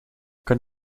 kan